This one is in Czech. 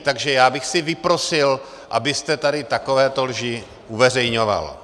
Takže já bych si vyprosil, abyste tady takovéto lži uveřejňoval.